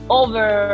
over